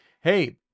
Hey